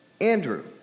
Andrew